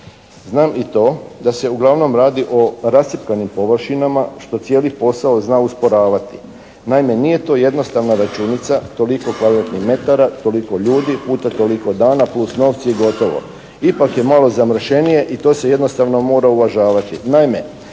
Znam i to da se uglavnom radi o rascjepkanim površinama što cijeli posao zna usporavati. Naime nije to jednostavna računica toliko kvadratnih metara, toliko ljudi puta toliko dana plus novci i gotovo. Ipak je malo zamršenije i to se jednostavno mora uvažavati.